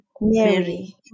Mary